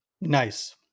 Nice